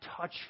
touch